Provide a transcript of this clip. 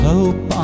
Hope